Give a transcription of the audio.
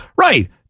right